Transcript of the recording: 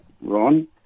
Ron